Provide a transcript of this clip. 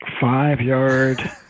Five-yard